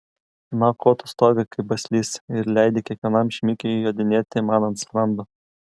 na o ko tu stovi kaip baslys ir leidi kiekvienam šmikiui jodinėti man ant sprando